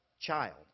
child